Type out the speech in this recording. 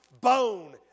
bone